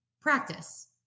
practice